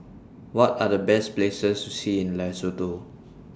What Are The Best Places to See in Lesotho